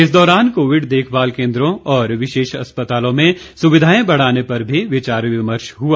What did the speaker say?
इस दौरान कोविड देखभाल केन्द्रों और विशेष अस्पतालों में सुविधाएं बढाने पर भी विचार विमर्श हुआ